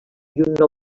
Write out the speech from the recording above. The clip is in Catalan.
nou